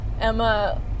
Emma